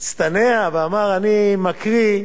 הצטנע ואמר: אני מקריא,